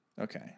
Okay